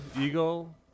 Eagle